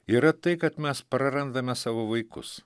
yra tai kad mes prarandame savo vaikus